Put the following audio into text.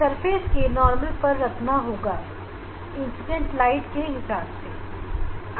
उससे पहले हमें ग्रेटिंग की धरातल को इस तरह से करना होगा कि इंसीडेंट होने वाले प्रकाश इस पर नॉर्मल पड़े